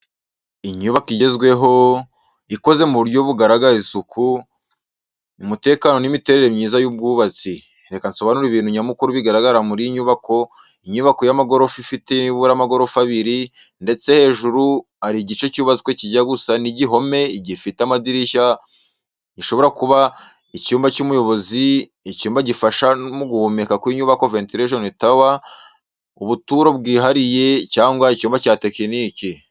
Inyubako igezweho , ikoze mu buryo bugaragaza isuku, umutekano n’imiterere myiza y’ubwubatsi. reka nsobanure ibintu nyamukuru bigaragara muri iyi nyubako inyubako y’amagorofa ifite nibura amagorofa abiri, ndetse hejuru hari igice cyubatswe kijya gusa n’igihome gifite amadirishya, gishobora kuba: Icyumba cy’ubuyobozi Icyumba gifasha mu guhumeka kw’inyubako (ventilation tower) Ubuturo bwihariye cyangwa icyumba cya tekinike